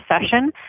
session